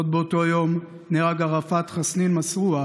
עוד באותו יום נהרג ערפאת חסנין מסארווה